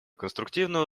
конструктивную